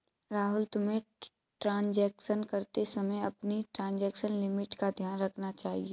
राहुल, तुम्हें ट्रांजेक्शन करते समय अपनी ट्रांजेक्शन लिमिट का ध्यान रखना चाहिए